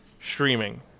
streaming